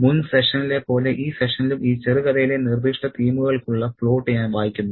മുൻ സെഷനിലെ പോലെ ഈ സെഷനിലും ഈ ചെറുകഥയിലെ നിർദ്ദിഷ്ട തീമുകൾക്കുള്ള പ്ലോട്ട് ഞാൻ വായിക്കുന്നു